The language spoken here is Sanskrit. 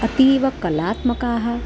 अतीव कलात्मकाः